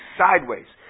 sideways